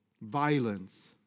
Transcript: Violence